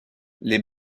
les